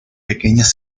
pequeñas